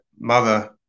mother